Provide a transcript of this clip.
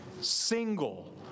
single